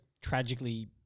tragically